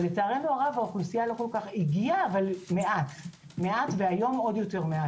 לצערנו הרב האוכלוסייה הגיעה אבל מעט והיום עוד יותר מעט.